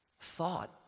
thought